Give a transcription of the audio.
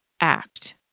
act